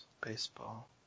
Baseball